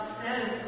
says